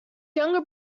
younger